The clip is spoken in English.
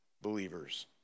Believers